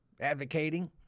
advocating